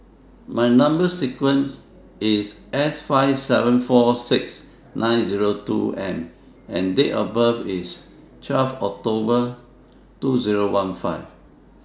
Number sequence IS S five seven four six nine Zero two M and Date of birth IS twelve October two Zero one five